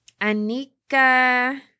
Anika